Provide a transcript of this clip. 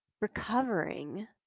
recovering